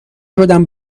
شدم